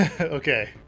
Okay